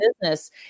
business